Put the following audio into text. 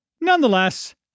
Nonetheless